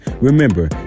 Remember